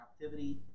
captivity